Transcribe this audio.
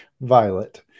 Violet